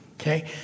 okay